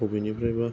अबेनिफ्रायबा